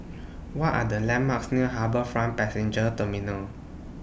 What Are The landmarks near HarbourFront Passenger Terminal